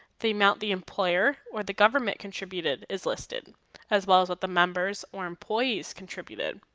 they mount the employer or the government contributed is listed as well as what the members or employees contributed.